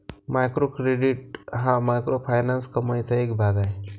micro credit हा microfinance कमाईचा एक भाग आहे